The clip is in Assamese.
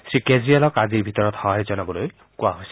শ্ৰীকেজৰিৱালক আজিৰ ভিতৰত সহাৰি জনাবলৈ কোৱা হৈছে